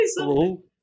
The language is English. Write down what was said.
Hello